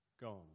gone